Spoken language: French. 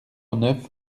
neuf